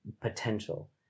potential